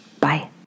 Bye